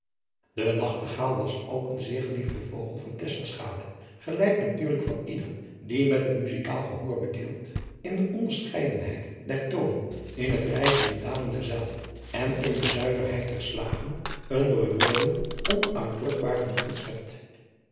de nachtegaal was ook een zeer geliefde vogel van tesselschade gelijk natuurlijk van ieder die met een muzijkaal gehoor bedeeld in de onderscheidenheid der toonen in het rijzen en dalen derzelve en in de zuiverheid der slagen een door woorden onuitdrukbaar genoegen schept